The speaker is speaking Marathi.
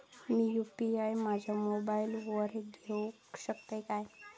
मी यू.पी.आय माझ्या मोबाईलावर घेवक शकतय काय?